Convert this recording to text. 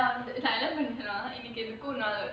இன்னைக்கு எதுக்கும்:innaiku ethukum